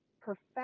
perfect